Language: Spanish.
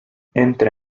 entra